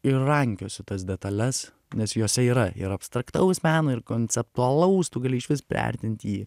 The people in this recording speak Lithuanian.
ir rankiosiu tas detales nes jose yra ir abstraktaus meno ir konceptualaus tu gali išvis priartint jį